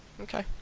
Okay